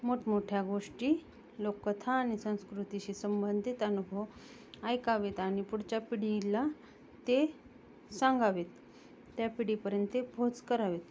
मोठमोठ्या गोष्टी लोककथा आणि संस्कृतीशी संबंधित अनुभव ऐकावेत आणि पुढच्या पिढीला ते सांगावेत त्या पिढीपर्यंत ते पोच करावेत